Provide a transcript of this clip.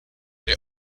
they